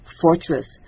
fortress